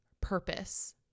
purpose